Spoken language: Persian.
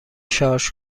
شارژ